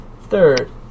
Third